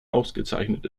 ausgezeichnet